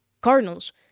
Cardinals